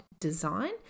design